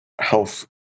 health